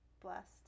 blessed